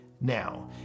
now